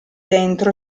dentro